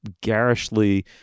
garishly